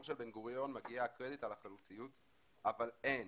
של בן גוריון מגיע הקרדיט על החלוציות אבל אין